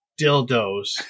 dildos